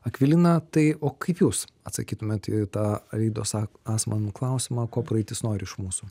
akvilina tai o kaip jūs atsakytumėt į tą areidos ak asman klausimą ko praeitis nori iš mūsų